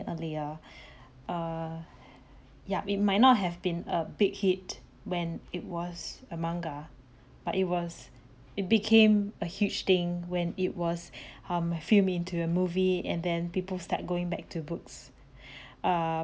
earlier err yeah it might not have been a big hit when it was a manga but it was it became a huge thing when it was um filmed into a movie and then people start going back to books err